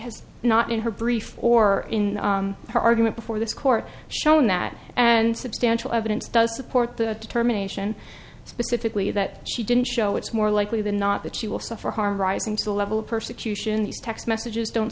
has not in her brief or in her argument before this court shown that and substantial evidence does support the determination specifically that she didn't show it's more likely than not that she will suffer harm rising to the level of persecution these text messages don't